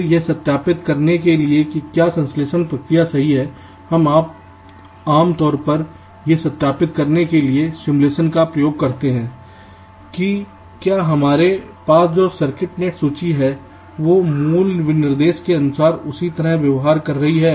फिर यह सत्यापित करने के लिए कि क्या संश्लेषण प्रक्रिया सही है हम आमतौर पर यह सत्यापित करने के लिए सिमुलेशन का उपयोग करते हैं कि क्या हमारे पास जो सर्किट नेट सूची है वो मूल विनिर्देश के अनुसार उसी तरह व्यवहार कर रही है